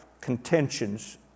contentions